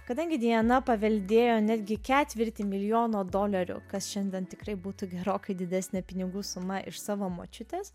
kadangi diana paveldėjo netgi ketvirtį milijono dolerių kas šiandien tikrai būtų gerokai didesnę pinigų sumą iš savo močiutės